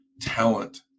talent